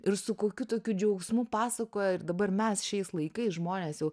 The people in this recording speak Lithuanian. ir su kokiu tokiu džiaugsmu pasakoja ir dabar mes šiais laikais žmonės jau